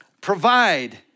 provide